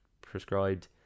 prescribed